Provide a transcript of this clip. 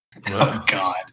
God